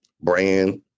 brand